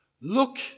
Look